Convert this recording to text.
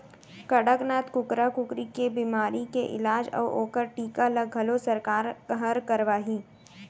कड़कनाथ कुकरा कुकरी के बेमारी के इलाज अउ ओकर टीका ल घलौ सरकार हर करवाही